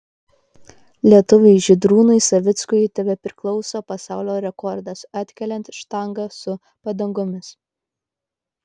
lietuviui žydrūnui savickui tebepriklauso pasaulio rekordas atkeliant štangą su padangomis